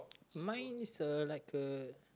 mine is a like a